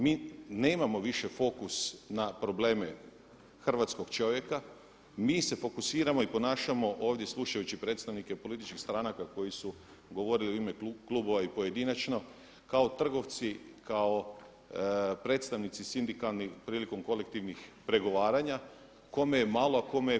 Mi nemamo više fokus na probleme hrvatskog čovjeka, mi se fokusiramo i ponašamo ovdje slušajući predstavnike političkih stranaka koji govorili u ime klubova i pojedinačno kao trgovci kao predstavnici sindikalni prilikom kolektivnih pregovaranja kome je malo, a kome puno.